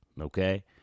Okay